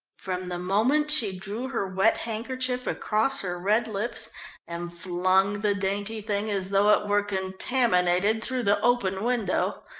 from the moment she drew her wet handkerchief across her red lips and flung the dainty thing as though it were contaminated through the open window,